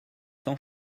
sans